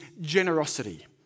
generosity